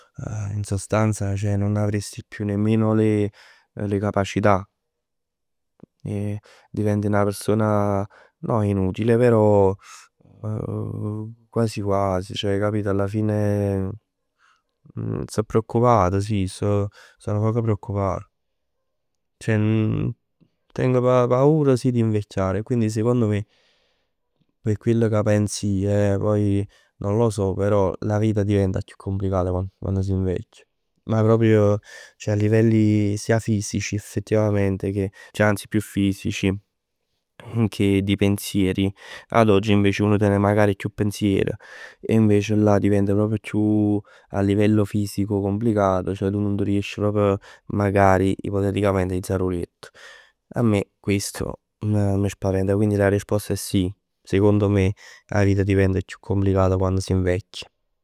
In sostanza non avresti nemmeno più le, le capacità. E diventi 'na persona no inutile, sì però quasi quasi. Ceh alla fine sto preoccupato sì, sto nu poc preoccupato. Tengo paura sì, di invecchiare. E quindi secondo me p' chell ca pens ij eh. Poi non lo so. La vita diventa chiù complicata quando si invecchia. Ma proprio, ceh a livelli sia fisici effettivamente, ceh anzi più fisici che di pensieri. Ad oggi uno magari ten chiù pensier. E invece là diventa proprio a livello chiù fisico complicato. Ceh tu nun t' riesc magari ipoteticamente 'a aizà d' 'o liett. A me questo spaventa, quindi la risposta è sì, secondo me 'a vita diventa chiù complicata quando si invecchia.